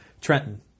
Trenton